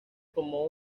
como